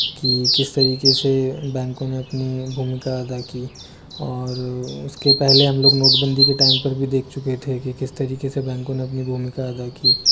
कि किस तरीके से बैंकाे ने अपनी भूमिका अदा की और उसके पहले हम लोग नोटबंदी के टाइम पर भी देख चुके थे कि किस तरीके से बैंकों ने अपनी भूमिका अदा की